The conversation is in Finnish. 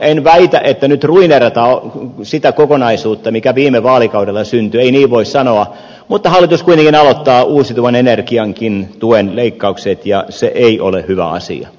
en väitä että nyt ruineerataan sitä kokonaisuutta mikä viime vaalikaudella syntyi ei niin voi sanoa mutta hallitus kuitenkin aloittaa uusiutuvan energiankin tuen leikkaukset ja se ei ole hyvä asia